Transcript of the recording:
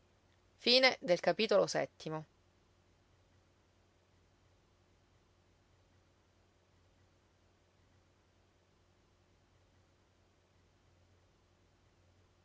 era della setta